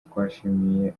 twashimiye